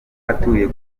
atuye